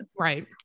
Right